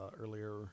earlier